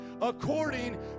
according